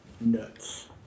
nuts